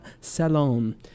salon